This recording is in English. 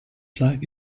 flag